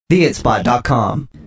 theitspot.com